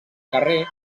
carrer